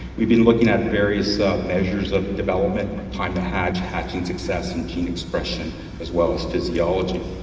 we've been looking at various measures of development time to hatch, hatching success and gene expression as well as physiology.